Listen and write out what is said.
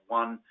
one